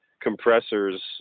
compressors